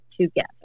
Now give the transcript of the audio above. together